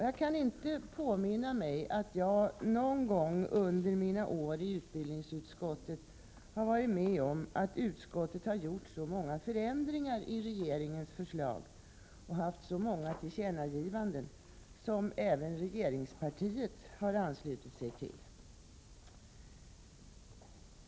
Jag kan inte påminna mig att jag någon gång under mina år i utbildningsutskottet tidigare varit med om att utskottet gjort så många förändringar i regeringens förslag och föreslagit så många tillkännagivanden som även regeringspartiet anslutit sig till som i detta fall.